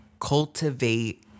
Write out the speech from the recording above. cultivate